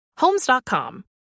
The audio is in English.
Homes.com